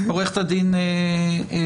עורכת הדין זוהר